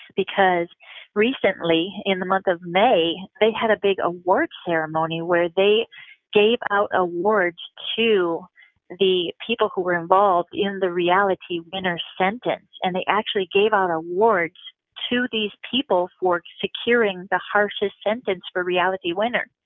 because recently, in the month of may, they had a big award ceremony where they gave out awards to the people who were involved in the reality winner sentence, and they actually gave out awards to these people for securing the harshest sentence for reality winner.